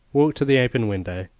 walked to the open window,